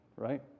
right